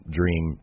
Dream